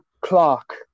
Clark